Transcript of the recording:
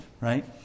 right